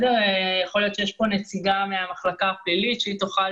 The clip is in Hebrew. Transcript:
יכול להיות שיש כאן נציגה מהמחלקה הפלילית שהיא תוכל